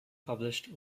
published